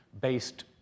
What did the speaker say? based